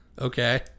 Okay